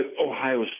Ohio